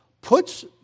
puts